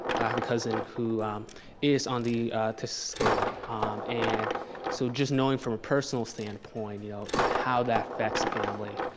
i have a cousin who is on the autistic scale um and so, just knowing from a personal standpoint ah how that affects a family,